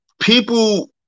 People